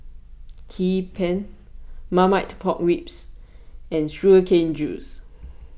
Hee Pan Marmite Pork Ribs and Sugar Cane Juice